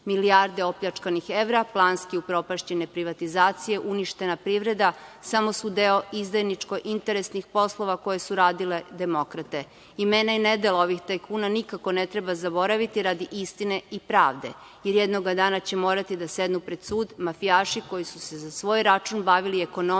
Milijarde opljačkanih evra, planski upropašćene privatizacije, uništena privreda samo su deo izdajničko-interesnih poslova koje su radile demokrate. Imena i nedela ovih tajkuna nikako ne treba zaboraviti radi istine i pravde, jer jednoga dana će morati da sednu pred sud mafijaši koji su se za svoj račun bavili ekonomijom